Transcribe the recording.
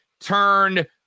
turned